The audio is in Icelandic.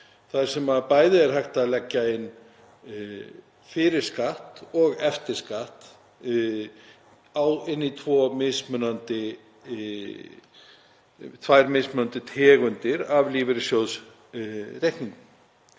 þar sem bæði er hægt að leggja fyrirskatt og eftirskatt inn í tvær mismunandi tegundir af lífeyrissjóðsreikningum.